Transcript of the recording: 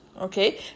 okay